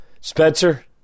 Spencer